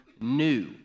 new